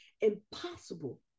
impossible